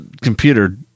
computer